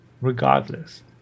regardless